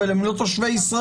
אבל הם לא תושבי ישראל.